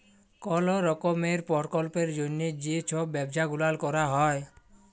call রকমের পরকল্পের জ্যনহে যে ছব ব্যবছা গুলাল ক্যরা হ্যয়